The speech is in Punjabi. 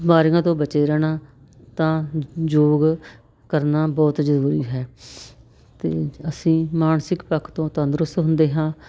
ਬਿਮਾਰੀਆਂ ਤੋਂ ਬਚੇ ਰਹਿਣਾ ਤਾਂ ਯੋਗ ਕਰਨਾ ਬਹੁਤ ਜ਼ਰੂਰੀ ਹੈ ਅਤੇ ਅਸੀਂ ਮਾਨਸਿਕ ਪੱਖ ਤੋਂ ਤੰਦਰੁਸਤ ਹੁੰਦੇ ਹਾਂ